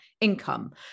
income